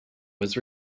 was